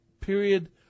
period